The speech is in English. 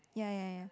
ya ya ya